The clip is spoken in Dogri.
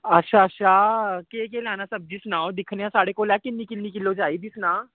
अच्छा अच्छा केह् केह् लैना सब्जी सनाओ दिक्खने आं साढ़े कोल ऐ किन्ने किन्ने किलो चाहिदी सना